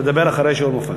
תדבר אחרי שאול מופז.